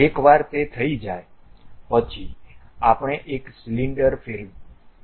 એકવાર તે થઈ જાય પછી આપણે એક સિલિન્ડર ફેરવીશું